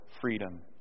freedom